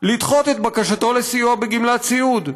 לדחות את בקשתו לסיוע בגמלת סיעוד.